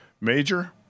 major